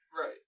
Right